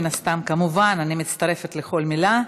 מן הסתם, כמובן, אני מצטרפת לכל מילה.